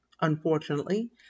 Unfortunately